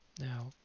now